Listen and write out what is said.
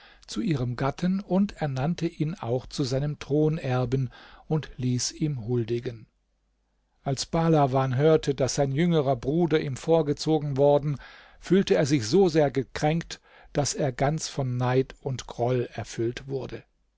zu ihrem gatten und ernannte ihn auch zu seinem thronerben und ließ ihm huldigen als bahlawan hörte daß sein jüngerer bruder ihm vorgezogen worden fühlte er sich so sehr gekränkt daß er ganz von neid und groll erfüllt wurde